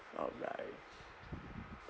alright